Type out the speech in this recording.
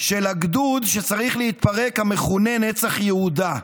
של הגדוד, שצריך להתפרק, המכונה "נצח יהודה".